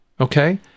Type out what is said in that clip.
Okay